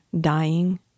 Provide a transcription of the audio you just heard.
dying